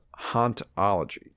hauntology